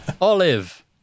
Olive